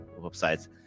websites